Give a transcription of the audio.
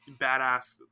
badass